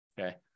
okay